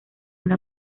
una